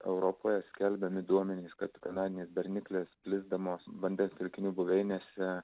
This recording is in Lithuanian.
europoje skelbiami duomenys kad kanadinės berniklės plisdamos vandens telkinių buveinėse